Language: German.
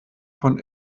von